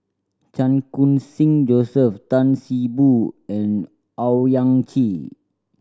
Chan Khun Sing Joseph Tan See Boo and Owyang Chi